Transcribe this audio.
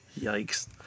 Yikes